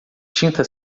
tinta